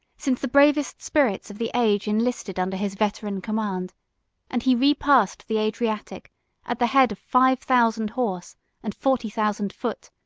since the bravest spirits of the age enlisted under his veteran command and he repassed the adriatic at the head of five thousand horse and forty thousand foot,